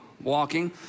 walking